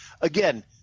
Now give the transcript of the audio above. Again